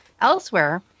elsewhere